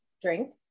drink